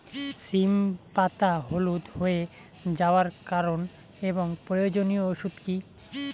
সিম পাতা হলুদ হয়ে যাওয়ার কারণ এবং প্রয়োজনীয় ওষুধ কি?